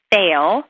fail